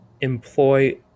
employ